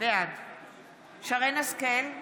בעד שרן מרים השכל,